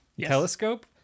telescope